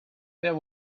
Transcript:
there